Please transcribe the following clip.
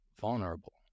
vulnerable